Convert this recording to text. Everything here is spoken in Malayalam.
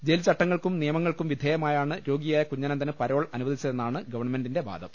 ജയിൽചട്ടങ്ങൾക്കും നിയ മങ്ങൾക്കും വിധേയമായാണ് രോഗിയായ കുഞ്ഞനന്തന് പരോൾ അനുവദിച്ചതെന്നാണ് ഗവൺമെന്റിന്റെ വാദം